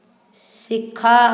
ଶିଖ